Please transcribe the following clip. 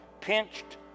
pinched